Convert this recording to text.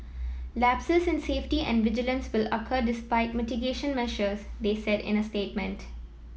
lapses in safety and vigilance will occur despite mitigation measures they said in a statement